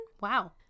Wow